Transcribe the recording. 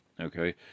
okay